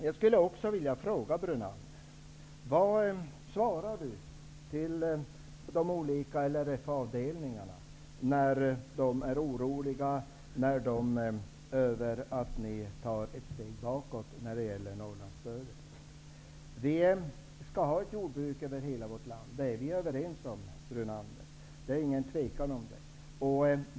Jag skulle vilja fråga Brunander vad han svarar de olika LRF-avdelningarna när de är oroliga över att man tar ett steg bakåt när det gäller Norrlandsstödet. Det skall finnas jordbruk över hela vårt land. Det är vi överens om, Brunander. Det är inget tvivel om det.